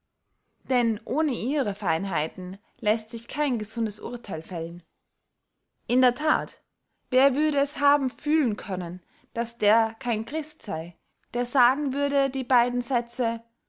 denn ohne ihre feinheiten läßt sich kein gesundes urtheil fällen in der that wer würde es haben fühlen können daß der kein christ sey der sagen würde die beiden sätze